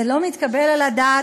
זה לא מתקבל על הדעת.